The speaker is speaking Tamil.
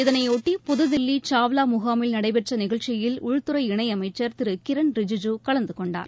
இதனையொட்டி புதுதில்லி சாவ்லா முகாமில் நடைபெற்ற நிகழ்ச்சியில் உள்துறை இணையமைச்சர் திரு கிரண் ரிஜிஜூ கலந்து கொண்டார்